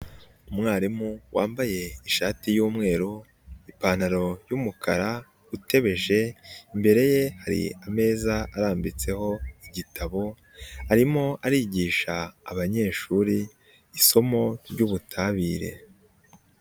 Umwarimu wambaye ishati y'umweru, ipantaro y'umukara, utebeje, imbere ye hari ameza arambitseho igitabo, arimo arigisha abanyeshuri isomo ry'ubutabire.